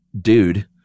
dude